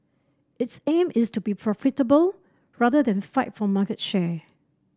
its aim is to be profitable rather than fight for market share